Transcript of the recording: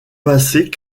passer